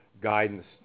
guidance